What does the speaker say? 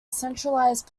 centralized